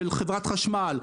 של חברת חשמל,